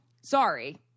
Sorry